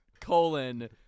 Colon